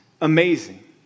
amazing